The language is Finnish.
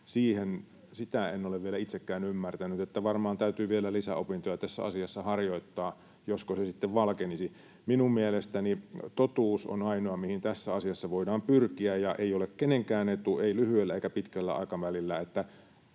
sitä en ole vielä itsekään ymmärtänyt. Niin että varmaan täytyy vielä lisäopintoja tässä asiassa harjoittaa, josko se sitten valkenisi. Minun mielestäni totuus on ainoa, mihin tässä asiassa voidaan pyrkiä, ja ei ole kenenkään etu, ei lyhyellä eikä pitkällä aikavälillä, että